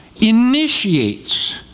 initiates